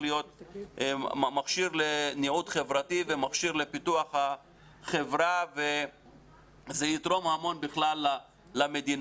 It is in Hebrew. להיות מכשיר לניוד חברתי ומכשיר לפיתוח החברה ויתרום למדינה.